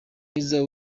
mwiza